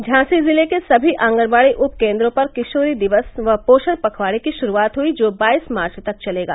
झांसी जिले के सभी आंगनबाड़ी उप केंद्रों पर किशोरी दिवस व पोषण पखवाड़े की शुरुआत हुई जो बाईस मार्च तक चलेगा